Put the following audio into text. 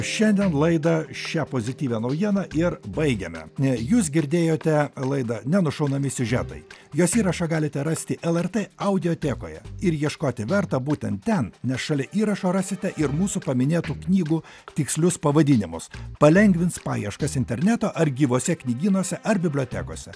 šiandien laidą šia pozityvia naujiena ir baigiame jūs girdėjote laida nenušaunami siužetai jos įrašą galite rasti lrt audiotekoje ir ieškoti verta būtent ten nes šalia įrašo rasite ir mūsų paminėtų knygų tikslius pavadinimus palengvins paieškas interneto ar gyvuose knygynuose ar bibliotekose